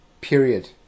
period